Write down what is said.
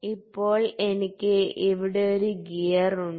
ഇപ്പോൾ എനിക്ക് ഇവിടെ ഒരു ഗിയർ ഉണ്ട്